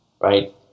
right